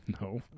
No